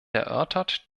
erörtert